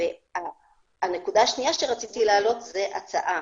נקודה שנייה היא הצעה.